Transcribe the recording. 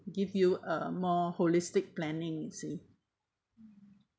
give you a more holistic planning you see